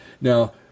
Now